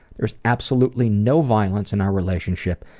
there's absolutely no violence in our relationship,